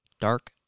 dark